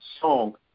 song